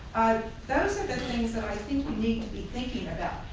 those are the things that i think we need to be thinking about,